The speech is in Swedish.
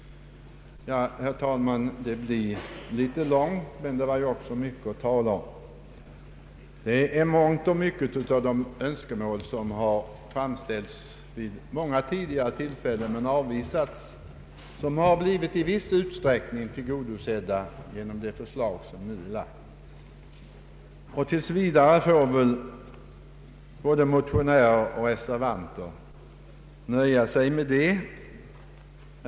Ja, herr talman, jag blir kanske litet långrandig, men det är ju också mycket att tala om. Mångt och mycket av de önskemål som framställts vid många tidigare tillfällen men då avvisats har nu i viss utsträckning blivit tillgodosedda genom det framlagda förslaget. Tills vidare får väl både motionärer och reservanter nöja sig med detta.